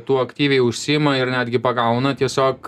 tuo aktyviai užsiima ir netgi pagauna tiesiog